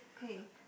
hey